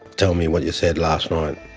tell me what you said last night.